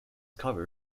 cover